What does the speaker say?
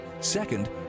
second